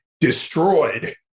destroyed